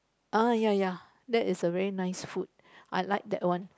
ah ya ya that is a very nice food I like that one